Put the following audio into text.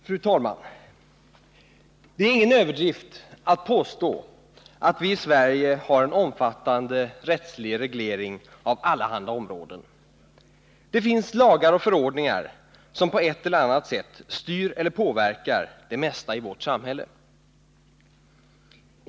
Fru talman! Det är ingen överdrift att påstå att vi i Sverige har en omfattande rättslig reglering av allehanda områden. Det finns lagar och förordningar som på ett eller annat sätt styr eller påverkar det mesta i vårt samhälle.